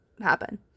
happen